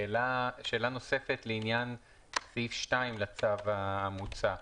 שאלה נוספת לעניין סעיף 2 לצו המוצע.